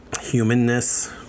Humanness